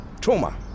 trauma